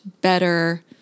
better